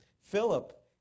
Philip